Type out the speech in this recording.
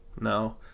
no